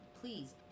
please